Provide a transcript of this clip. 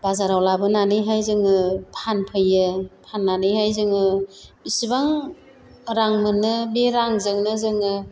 बाजाराव लाबोनानैहाय जोङो फानफैयो फाननानैहाय जोङो बेसेबां रां मोनो बे रांजोंनो जोङो